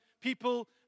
people